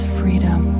freedom